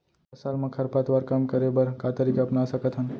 फसल मा खरपतवार कम करे बर का तरीका अपना सकत हन?